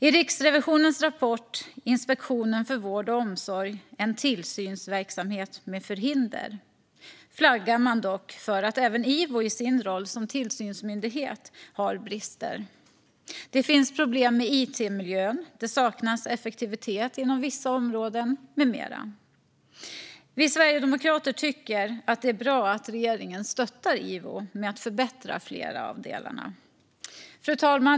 I Riksrevisionens rapport Inspektionen för vård och omsorg - en tillsynsverksamhet med förhinder flaggar man dock för att även IVO i sin roll som tillsynsmyndighet har brister. Det finns problem i it-miljön, det saknas effektivitet inom vissa områden med mera. Fru talman! Vi sverigedemokrater tycker att det är bra att regeringen stöttar IVO med att förbättra flera av delarna.